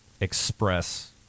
express